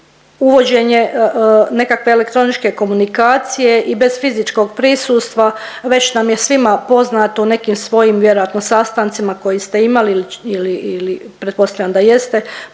uvođenje nekakve elektroničke komunikacije i bez fizičkog prisustva već nam je svima poznato u nekim svojim vjerojatno sastancima koji ste imali ili, ili pretpostavljam da jeste